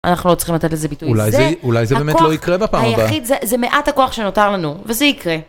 אנחנו לא צריכים לתת לזה ביטוי. אולי זה באמת לא יקרה בפעם הבאה. זה הכוח היחיד. זה מעט הכוח שנותר לנו, וזה יקרה.